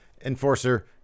Enforcer